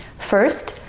first,